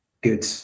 good